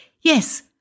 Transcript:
Yes